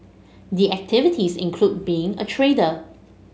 the activities include being a trader